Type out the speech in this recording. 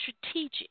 strategic